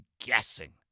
guessing